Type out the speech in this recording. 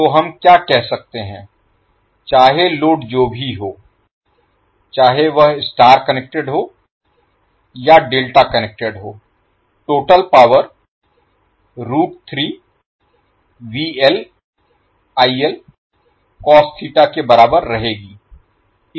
तो हम क्या कह सकते हैं चाहे लोड जो भी हो चाहे वह स्टार कनेक्टेड हो या डेल्टा कनेक्टेड हो टोटल पावर के बराबर रहेगी